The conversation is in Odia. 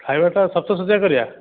ଖାଇବାଟା ଶପ୍ତଶଯ୍ୟା କରିବା